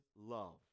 love